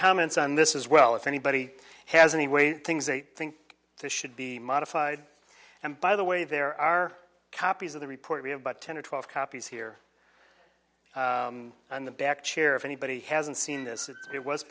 comments on this as well if anybody has any way things they think should be modified and by the way there are copies of the report we have about ten or twelve copies here and the back chair if anybody hasn't seen this it was